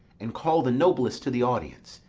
and call the noblest to the audience.